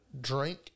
drink